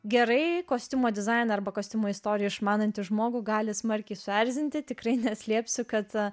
gerai kostiumo dizainą arba kostiumo istoriją išmanantį žmogų gali smarkiai suerzinti tikrai neslėpsiu kad